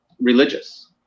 religious